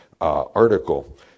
article